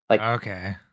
okay